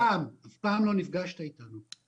לא הסתרנו את דעתנו ואמרנו אותה גם בתקשורת,